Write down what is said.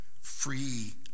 free